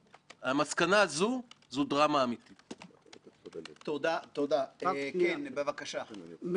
האם הוועדה הוציאה מכתבי אזהרה למבוקרים שמופיעים בדוח?